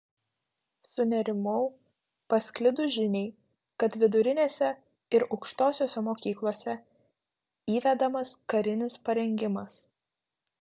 sunerimau pasklidus žiniai kad vidurinėse ir aukštosiose mokyklose įvedamas karinis parengimas